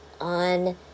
on